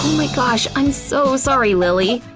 my gosh, i'm so sorry, lilly!